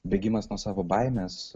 bėgimas nuo savo baimės